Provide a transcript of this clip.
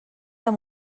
amb